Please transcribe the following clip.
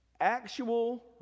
Actual